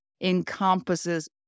encompasses